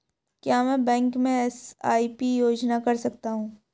क्या मैं बैंक में एस.आई.पी योजना कर सकता हूँ?